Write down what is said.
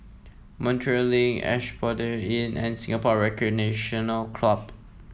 Montreal Link Asphodel Inn and Singapore Recreational Club